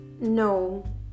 no